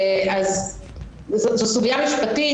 זו סוגיה משפטית.